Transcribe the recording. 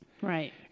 Right